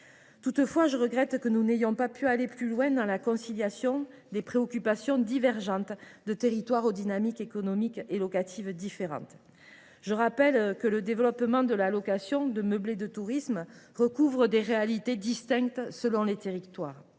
Toutefois, je regrette que nous n’ayons pu aller plus loin dans la conciliation des préoccupations divergentes de territoires dont les deux dynamiques, économique et locative, sont différentes. Le développement de la location de meublés de tourisme recouvre des réalités distinctes selon les zones